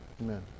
Amen